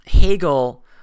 Hegel